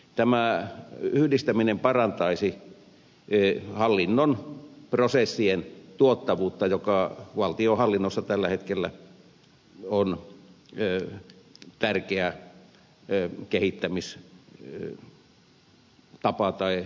tämä yhdistäminen parantaisi hallinnon prosessien tuottavuutta joka valtionhallinnossa tällä hetkellä on tärkeä kehittämisasia